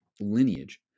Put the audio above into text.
lineage